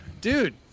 dude